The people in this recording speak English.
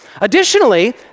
Additionally